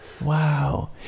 Wow